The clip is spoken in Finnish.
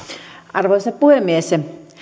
arvoisa puhemies